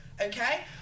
Okay